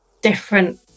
different